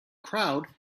crowd